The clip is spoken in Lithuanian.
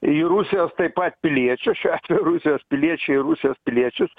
į rusijos taip pat piliečius čia rusijos piliečiai rusijos piliečius